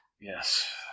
Yes